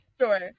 Sure